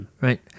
right